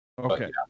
Okay